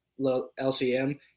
LCM